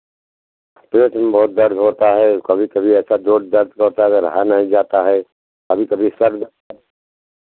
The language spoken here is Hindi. पेट में बहुत दर्द होता है कभी कभी ऐसा जोर दर्द करता है रहा नहीं जाता है कभी कभी सर में